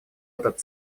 этот